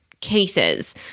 cases